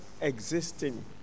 existing